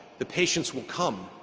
the patients will come.